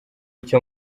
icyo